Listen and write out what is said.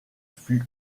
fut